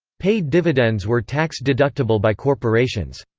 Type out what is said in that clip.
paid dividends were tax deductible by corporations.